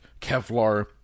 Kevlar